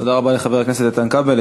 תודה רבה לחבר הכנסת איתן כבל.